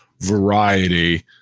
Variety